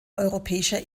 europäischer